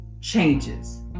changes